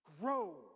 grow